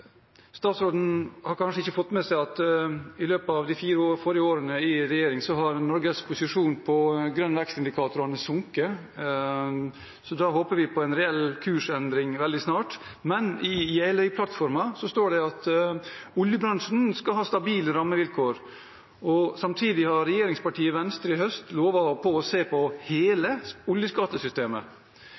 løpet av de fire forrige årene i regjering, har Norges posisjon på grønn vekst-indikatorene sunket. Så vi håper på en reell kursendring veldig snart. Men i Jeløya-plattformen står det at oljebransjen skal ha stabile rammevilkår. Samtidig lovet regjeringspartiet Venstre i høst å se på hele oljeskattesystemet. Er det da, slik næringsministeren ser det, åpning for å endre oljeskattesystemet